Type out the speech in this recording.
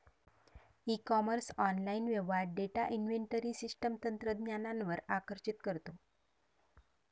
E commerce online व्यवहार data inventory system तंत्रज्ञानावर आकर्षित करतो